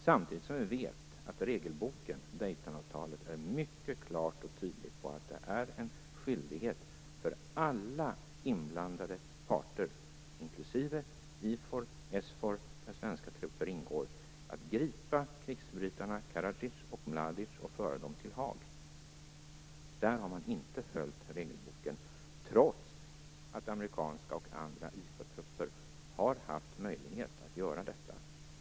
Samtidigt vet vi att regelboken, Daytonavtalet, säger mycket klart och tydligt att det är en skyldighet för alla inblandade parter - inklusive IFOR och SFOR, där svenska trupper ingår - att gripa krigsförbrytarna Karadzic och Mladic och föra dem till Haag. Där har man inte följt regelboken trots att amerikanska och andra IFOR-tupper har haft möjlighet att göra detta.